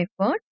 effort